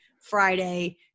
Friday